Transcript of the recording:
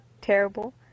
terrible